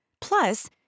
Plus